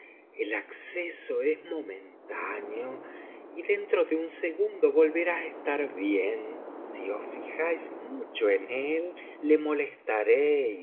el acceso es momentáneo y dentro de un segundo volverá á estar bien si os fijáis mucho en él le molestareis